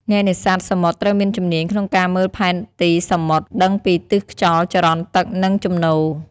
អ្នកនេសាទសមុទ្រត្រូវមានជំនាញក្នុងការមើលផែនទីសមុទ្រ ដឹងពីទិសខ្យល់ ចរន្តទឹក និងជំនោរ។